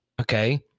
Okay